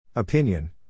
Opinion